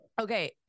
Okay